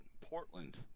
Portland